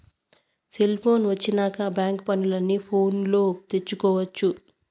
cellphone వచ్చినాక bank పనులు అన్ని ఫోనులో చేసుకొవచ్చు